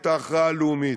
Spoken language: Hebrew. את ההכרעה הלאומית.